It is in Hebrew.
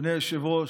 אדוני היושב-ראש,